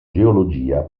geologia